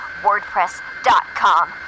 WordPress.com